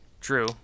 True